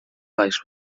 lifes